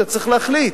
אתה צריך להחליט,